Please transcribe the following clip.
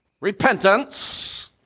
repentance